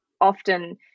often